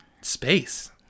space